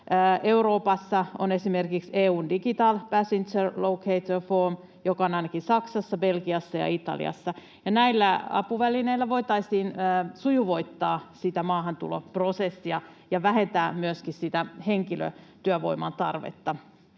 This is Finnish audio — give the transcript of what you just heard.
Euroopassa on esimerkiksi EU:n digital passenger locator form, joka on ainakin Saksassa, Belgiassa ja Italiassa. Näillä apuvälineillä voitaisiin sujuvoittaa maahantuloprosessia ja vähentää myöskin henkilötyövoiman tarvetta